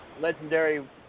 Legendary